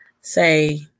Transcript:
say